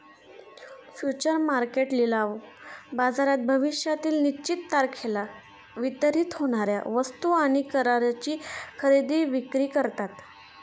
future market लिलाव बाजारात भविष्यातील निश्चित तारखेला वितरित होणार्या वस्तू आणि कराराची खरेदी विक्री करतात